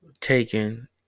Taken